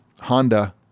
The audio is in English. Honda